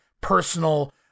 personal